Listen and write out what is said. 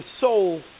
soul